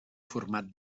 format